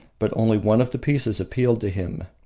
but only one of the pieces appealed to him.